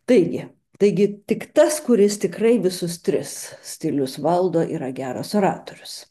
taigi taigi tik tas kuris tikrai visus tris stilius valdo yra geras oratorius